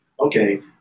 Okay